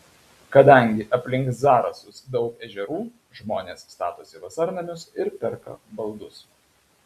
kadangi aplink zarasus daug ežerų žmonės statosi vasarnamius ir perka baldus